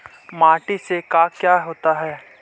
माटी से का क्या होता है?